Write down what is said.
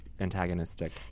Antagonistic